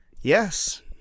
Yes